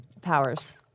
powers